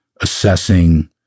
assessing